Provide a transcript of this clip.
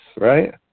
right